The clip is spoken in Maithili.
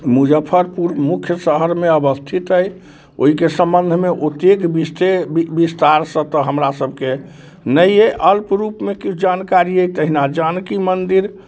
मुजफ्फरपुर मुख्य शहरमे अवस्थित अइ ओइके सम्बन्धमे ओतेक विस्तारसँ तऽ हमरा सबके नहि अइ अल्प रूप मे किछु जानकारी अइ तहिना जानकी मन्दिर